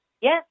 Yes